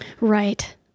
Right